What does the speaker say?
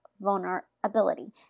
vulnerability